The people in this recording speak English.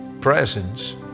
presence